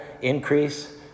increase